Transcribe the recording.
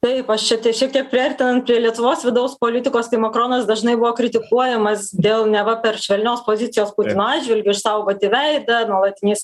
taip aš čia šiek tiek priartinan prie lietuvos vidaus politikos tai makronas dažnai buvo kritikuojamas dėl neva per švelnios pozicijos putino atžvilgiu išsaugoti veidą nuolatiniais